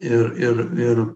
ir ir ir